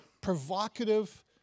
provocative